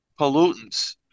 pollutants